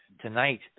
tonight